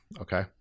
Okay